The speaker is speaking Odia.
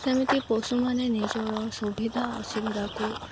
ସେମିତି ପଶୁମାନେ ନିଜର ସୁବିଧା ଅସୁବିଧାକୁ